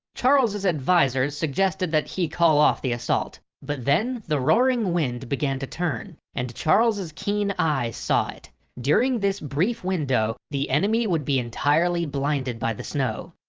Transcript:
charles's advisers suggested that he'd call off the assault, but then the roaring wind began to turn and charles's keen eyes saw it. during this brief window the enemy would be entirely blinded by the snow.